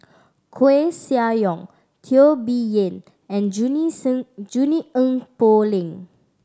Koeh Sia Yong Teo Bee Yen and Junie Sng Junie Poh Leng